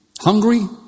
Hungry